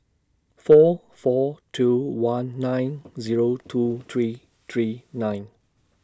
four four two one nine Zero two three three nine